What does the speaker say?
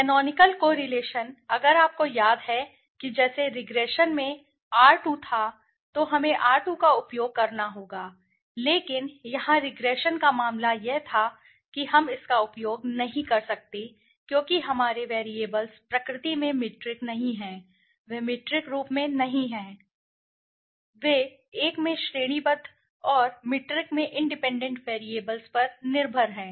canonical correlation अगर आपको याद है कि जैसे रिग्रेशन में r2 था तो हमें r2 का उपयोग करना होगा लेकिन यहाँ रिग्रेशन का मामला यह था कि हम इसका उपयोग नहीं कर सकते क्योंकि हमारे वैरिएबल्स प्रकृति में मीट्रिक नहीं हैं वे मीट्रिक रूप में नहीं हैं वे एक में श्रेणीबद्ध और मीट्रिक में इंडिपेंडेंट वैरिएबल्स पर निर्भर हैं